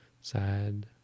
sad